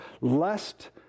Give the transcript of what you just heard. lest